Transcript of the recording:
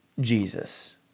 Jesus